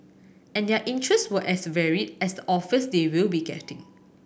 and their interest were as varied as the offers they will be gettin